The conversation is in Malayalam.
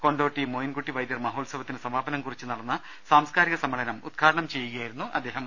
കൊണ്ടോട്ടി മോയിൻകുട്ടി വൈദ്യർ മഹോത്സവത്തിന് സമാപനം കുറി ച്ചുനടന്ന സാംസ്കാരിക സമ്മേളനം ഉദ്ഘാടനം ചെയ്യുകയായിരുന്നു അദ്ദേ ഹം